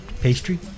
Pastry